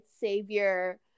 savior